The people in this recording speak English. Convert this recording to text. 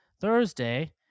Thursday